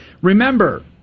Remember